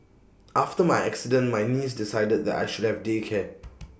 after my accident my niece decided that I should have day care